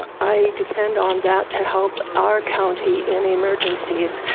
i depend on that to help our county in emergencies.